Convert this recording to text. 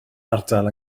ardal